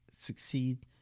succeed